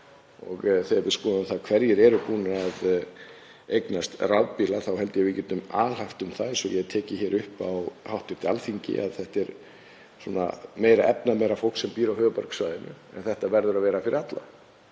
Og þegar við skoðum það hverjir eru búnir að eignast rafbíla þá held ég að við getum alhæft um það, eins og ég hef tekið upp á hv. Alþingi, að það sé meira efnameira fólk sem býr á höfuðborgarsvæðinu. En þetta verður að vera fyrir alla.